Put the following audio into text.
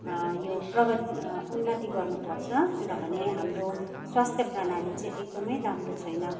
यो प्रगति उन्नति गर्नुपर्छ किनभने हाम्रो स्वास्थ्य प्रणाली चै एकदमै राम्रो छैन